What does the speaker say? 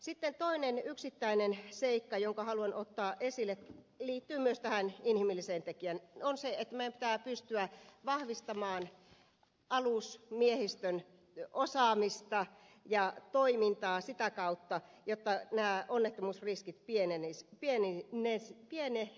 sitten toinen yksittäinen seikka jonka haluan ottaa esille ja joka liittyy myös tähän inhimilliseen tekijään on se että meidän pitää pystyä vahvistamaan alusmiehistön osaamista ja toimintaa sitä kautta jotta nämä onnettomuusriskit pienenisivät